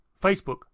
Facebook